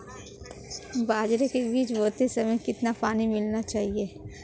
बाजरे के बीज बोते समय कितना पानी मिलाना चाहिए?